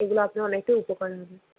এগুলো আপনার অনেকটাই উপকার হবে